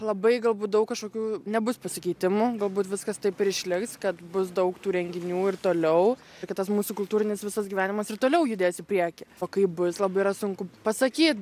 labai galbūt daug kažokių nebus pasikeitimų galbūt viskas taip ir išliks kad bus daug tų renginių ir toliau kitas mūsų kultūrinis visas gyvenimas ir toliau judės į priekį o kai bus labai yra sunku pasakyt